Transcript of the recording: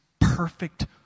perfect